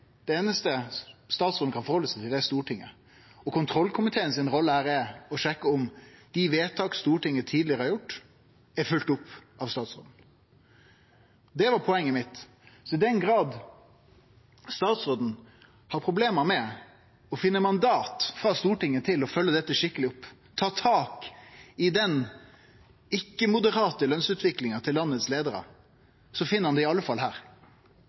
Det einaste statsråden kan forhalde seg til, er Stortinget. Og rolla til kontrollkomiteen er å sjekke om dei vedtaka som Stortinget tidlegare har gjort, er følgde opp av statsråden. Det var poenget mitt. I den grad statsråden har problem med å finne mandat frå Stortinget for å følgje dette skikkeleg opp, ta tak i den ikkje-moderate lønsutviklinga til leiarane i landet vårt, finn han det i alle fall her.